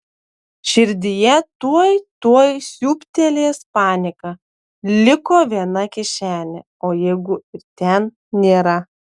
širdyje tuoj tuoj siūbtelės panika liko viena kišenė o jeigu ir ten nėra